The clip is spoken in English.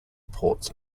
ports